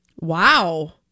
Wow